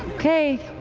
okay.